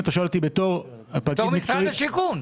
אם אתה שואל אותי בתור --- בתור משרד השיכון.